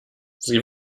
sie